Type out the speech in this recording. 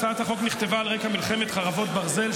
הצעת החוק נכתבה על רקע מלחמת חרבות ברזל,